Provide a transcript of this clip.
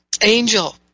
angel